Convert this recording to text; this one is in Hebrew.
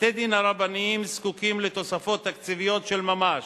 בתי-הדין הרבניים זקוקים לתוספות תקציביות של ממש